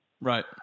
Right